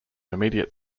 immediate